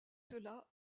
cela